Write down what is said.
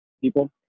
people